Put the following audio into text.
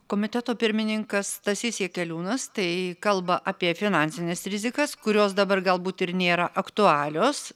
komiteto pirmininkas stasys jakeliūnas tai kalba apie finansines rizikas kurios dabar galbūt ir nėra aktualios